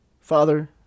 father